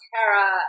Tara